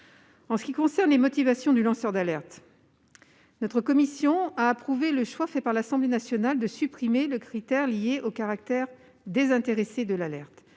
En ce qui concerne les motivations du lanceur d'alerte, notre commission a approuvé le choix fait par l'Assemblée nationale de supprimer le critère lié au caractère désintéressé de l'alerte,